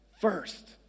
first